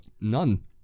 None